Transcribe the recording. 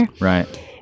Right